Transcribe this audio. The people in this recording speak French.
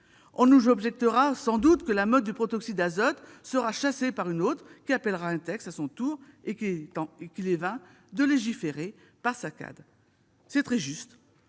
On nous objectera sans doute que la mode du protoxyde d'azote sera chassée par une autre, qui appellera un texte à son tour, et qu'il est vain de légiférer par saccades. C'est très juste.